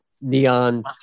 neon